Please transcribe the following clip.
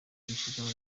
kwishyura